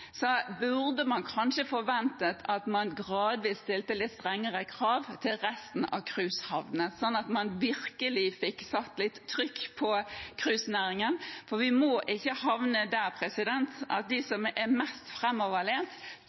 burde man kanskje forvente at man gradvis stilte litt strengere krav til resten av cruisehavnene. Slik kunne man virkelig få satt litt trykk på cruisenæringen – for vi må ikke havne der at de som er mest